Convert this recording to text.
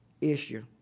issue